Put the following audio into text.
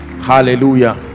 hallelujah